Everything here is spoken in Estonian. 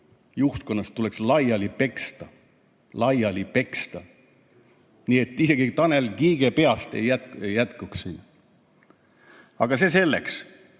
juhtkonnast tuleks laiali peksta. Laiali peksta! Nii et isegi Tanel Kiige peast ei piisaks. Aga see selleks.